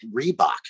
Reebok